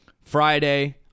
Friday